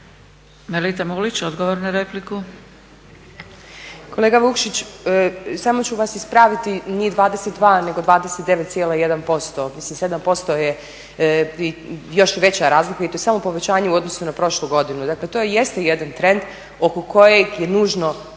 Melita Mulić, odgovor na repliku. **Mulić, Melita (SDP)** Kolega Vukšić, samo ću vas ispraviti nije 22 nego 29,1% mislim 7% je još veća razlika i to samo povećanje u odnosu na prošlu godinu. Dakle to i jeste jedan trend oko kojeg je nužno